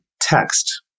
text